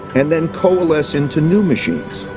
and then coalesce into new machines.